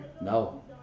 No